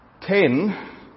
Ten